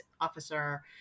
officer